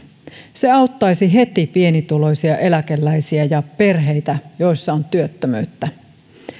se auttaisi heti pienituloisia eläkeläisiä ja perheitä joissa on työttömyyttä